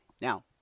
now